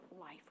life